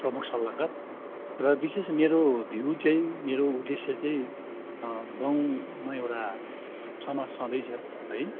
प्रमुख सल्लाहकार र विशेष मेरो भ्यू चाहिँ मेरो उद्देश्य चाहिँ गाउँमा एउटा समाज छँदैछ है